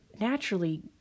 naturally